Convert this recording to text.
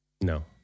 No